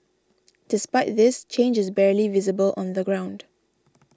despite this change is barely visible on the ground